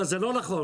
אבל זה לא נכון.